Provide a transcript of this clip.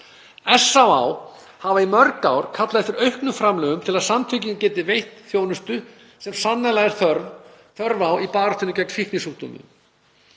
SÁÁ hefur í mörg ár kallað eftir auknum framlögum til að samtökin geti veitt þjónustu sem sannarlega er þörf á í baráttunni gegn fíknisjúkdómum.